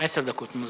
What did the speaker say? עשר דקות.